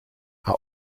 are